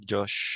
Josh